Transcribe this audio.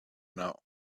know